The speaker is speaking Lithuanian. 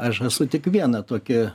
aš esu tik vieną tokį